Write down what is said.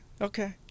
okay